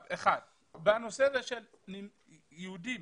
הנושא הזה של יהודים